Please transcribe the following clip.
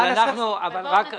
אז בואו נצביע.